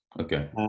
Okay